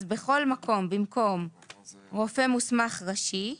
בכל מקום, במקום "רופא מוסמך ראשי"